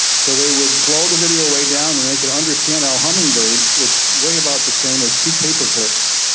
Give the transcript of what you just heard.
so they would slow the video way down and they could understand how hummingbirds, which weigh about the same as two paperclips,